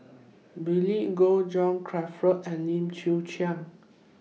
Billy Koh John Crawfurd and Lim Chwee Chian